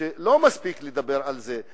שלא מספיק לדבר על זה.